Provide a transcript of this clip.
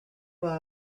while